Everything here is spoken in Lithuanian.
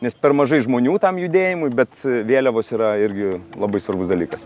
nes per mažai žmonių tam judėjimui bet vėliavos yra irgi labai svarbus dalykas